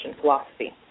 philosophy